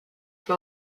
fue